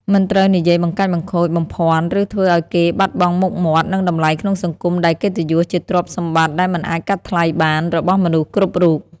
មិនត្រូវនិយាយបង្កាច់បង្ខូច បំភ័ន្ត ឬធ្វើឲ្យគេបាត់បង់មុខមាត់ និងតម្លៃក្នុងសង្គមដែលកិត្តិយសជាទ្រព្យសម្បត្តិដែលមិនអាចកាត់ថ្លៃបានរបស់មនុស្សគ្រប់រូប។។